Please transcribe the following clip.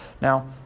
Now